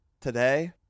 Today